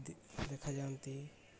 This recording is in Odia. ଦେଖାଯାଆନ୍ତି